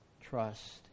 trust